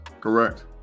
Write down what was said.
Correct